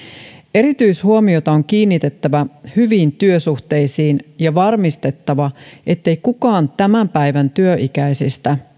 erityishuomiota on kiinnitettävä hyviin työsuhteisiin ja on varmistettava ettei kukaan tämän päivän työikäisistä